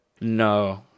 No